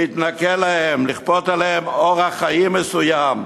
להתנכל להם, לכפות עליהם אורח חיים מסוים,